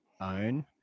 own